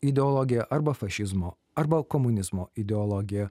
ideologija arba fašizmo arba komunizmo ideologija